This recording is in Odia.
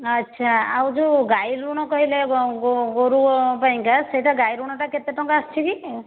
ଆଚ୍ଛା ଆଉ ଯେଉଁ ଗାଈ ଋଣ କହିଲେ ଗୋରୁ ପାଇଁକା ସେଇଟା ଗାଈ ଋଣଟା କେତେଟଙ୍କା ଆସିଛି କି